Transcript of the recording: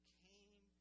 came